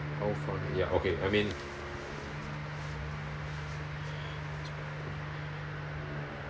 how far ya okay I mean